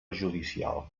judicial